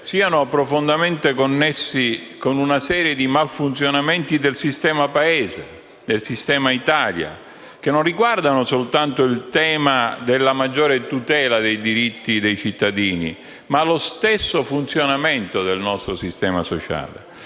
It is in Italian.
siano profondamente connessi con una serie di malfunzionamenti del sistema Paese e del sistema Italia, che non riguardano soltanto il tema della maggiore tutela dei diritti dei cittadini ma lo stesso funzionamento del nostro sistema sociale.